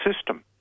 system